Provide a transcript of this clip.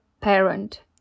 parent